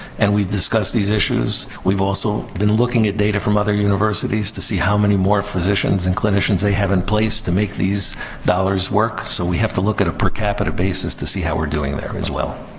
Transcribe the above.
and we've discussed these issues. we've also been looking at data from other universities to see how many more physicians and clinicians they have in place to make these dollars work. so, we have to look at a per capita basis to see how we're doing there, as well.